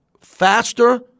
faster